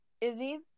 Izzy